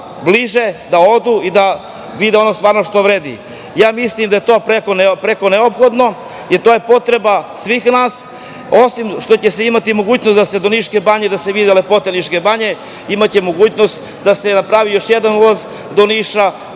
mogu da odu i da stvarno vide ono što vredi. Mislim da je to preko neophodno. To je potreba svih nas. Osim što će se imati mogućnost da se do Niške banje ode, da se vide lepote Niške banje, imaće mogućnost da se napravi još jedan ulaz do Niša,